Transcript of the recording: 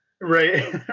right